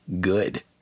good